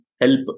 help